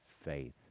faith